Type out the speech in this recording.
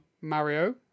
Mario